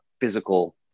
physical